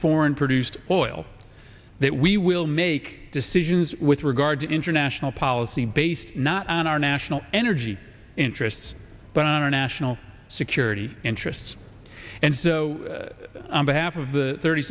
foreign produced oil that we will make decisions with regard to international policy based not on our national energy interests but on our national security interests and behalf of the thirty